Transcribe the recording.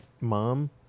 mom